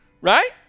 Right